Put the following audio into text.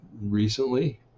recently